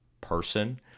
person